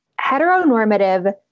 heteronormative